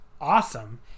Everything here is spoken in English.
awesome